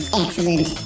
excellent